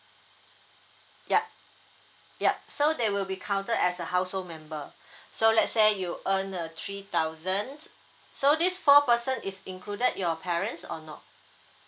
yup yup so they will be counted as a household member so let say you earn a three thousand so this four person is included your parents or no